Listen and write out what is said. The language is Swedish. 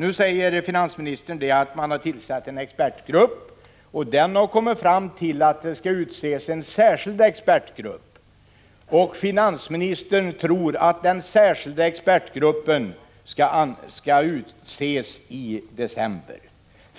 Nu säger finansministern att det tillsatts en expertgrupp, som har kommit fram till att det skall utses en särskild expertgrupp. Finansministern tror att den särskilda expertgruppen skall utses i december.